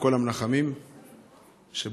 לכל המנחמים שבאו,